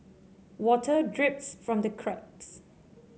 water drips from the cracks